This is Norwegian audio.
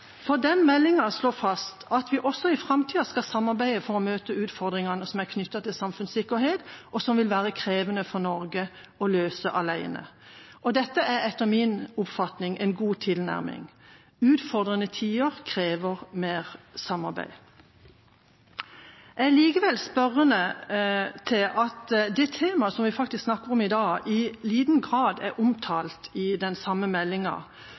For den meldinga slår fast at vi også i framtida skal samarbeide for å møte utfordringene som er knyttet til samfunnssikkerhet, og som vil være krevende for Norge å løse alene. Dette er etter min oppfatning en god tilnærming. Utfordrende tider krever mer samarbeid. Jeg er likevel spørrende til at det temaet som vi snakker om i dag, i liten grad er omtalt i den samme meldinga,